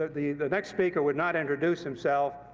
the next speaker would not introduce himself.